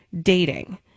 dating